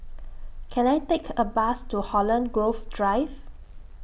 Can I Take A Bus to Holland Grove Drive